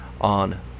on